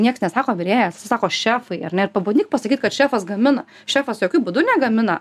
nieks nesako virėjas visi sako šefai ar ne ir pabandyk pasakyt kad šefas gamina šefas jokiu būdu negamina